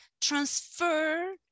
transfer